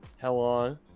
hello